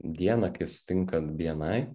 dieną kai susitinkat bni